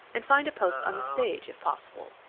and find a post on the stage, if possible.